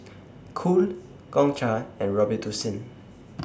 Cool Gongcha and Robitussin